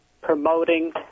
promoting